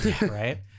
Right